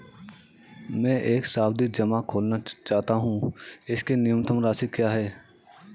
मैं एक सावधि जमा खोलना चाहता हूं इसकी न्यूनतम राशि क्या है?